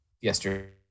yesterday